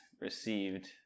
received